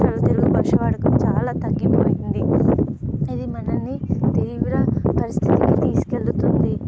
చాలా తలుగు భాష వరకు వాడకం చాలా తగ్గిపోయింది ఇది మనల్ని తీవ్ర పరిస్థితికి తీసుకెళ్తుంది